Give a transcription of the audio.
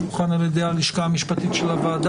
ולחלק מההצעות שם אני מצטרף בכל פה,